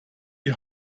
die